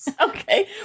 Okay